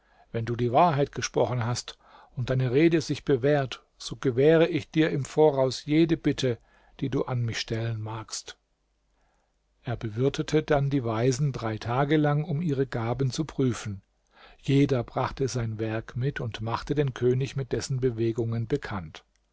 wenn du die wahrheit gesprochen hast und deine rede sich bewährt so gewähre ich dir im voraus jede bitte die du an mich stellen magst er bewirtete dann die weisen drei tage lang um ihre gaben zu prüfen jeder brachte sein werk mit und machte den könig mit dessen bewegungen bekannt